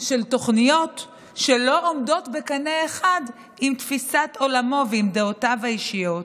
של תוכניות שלא עולות בקנה אחד עם תפיסת עולמו ועם דעותיו האישיות.